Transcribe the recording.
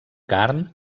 carn